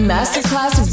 Masterclass